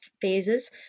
phases